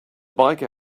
biker